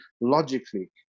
logically